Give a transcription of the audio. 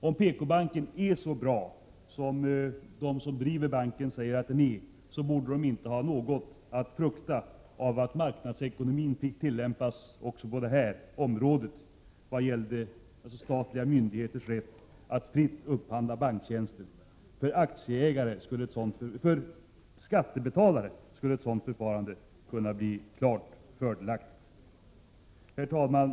Om PKbanken är så bra som de som driver banken säger att den är, borde den inte ha något att frukta av att marknadsekonomin fick tillämpas också på området vad gäller statliga myndigheters rätt att fritt upphandla banktjänster. För skattebetalarna skulle ett sådant förfarande kunna bli klart fördelaktigt. Herr talman!